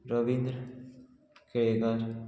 Ravindra Kelekar